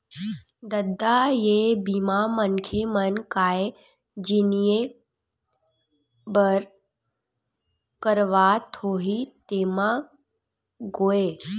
ददा ये बीमा मनखे मन काय जिनिय बर करवात होही तेमा गोय?